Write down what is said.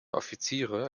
offiziere